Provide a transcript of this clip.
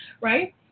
Right